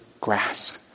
grasp